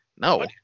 No